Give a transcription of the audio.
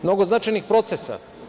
Mnogo značajnih procesa.